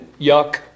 yuck